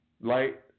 Light